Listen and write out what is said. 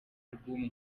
album